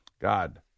God